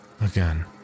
Again